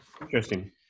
interesting